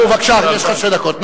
נו, בבקשה, יש לך שתי דקות.